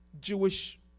Jewish